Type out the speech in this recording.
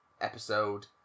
episode